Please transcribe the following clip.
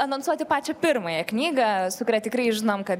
anonsuoti pačią pirmąją knygą su kuria tikrai žinom kad